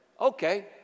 okay